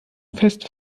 fest